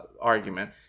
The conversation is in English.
argument